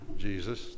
Jesus